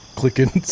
clicking